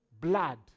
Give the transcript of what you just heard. blood